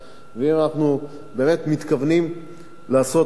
ואם אנחנו באמת מתכוונים לעשות משהו